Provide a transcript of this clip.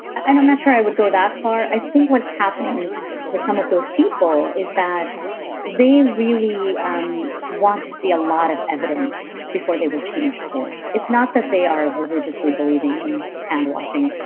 and um not sure i would go that far. i think what's happening with some of those people is that they really. i um want to see a lot of evidence before they will change course. it's not that they are religiously believing in handwashing,